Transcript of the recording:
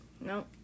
No